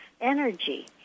energy